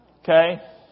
Okay